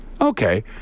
okay